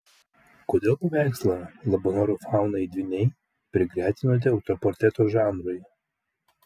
kodėl paveikslą labanoro faunai dvyniai prigretinote autoportreto žanrui